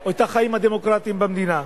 או את החיים הדמוקרטיים במדינה.